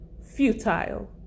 futile